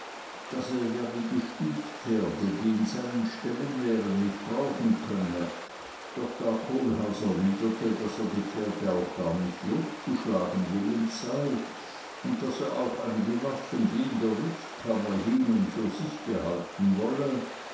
daß er ja die gestütpferde die in seinen ställen wären nicht brauchen könne doch da kohlhaas erwiderte daß er die pferde auch gar nicht loszuschlagen willens sei und daß er auch einige waffen die in der rüstkammer hingen für sich behalten wolle